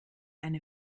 eine